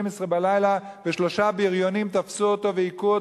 בלילה ושלושה בריונים תפסו אותו והכו אותו,